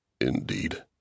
Indeed